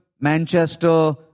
Manchester